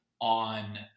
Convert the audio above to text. on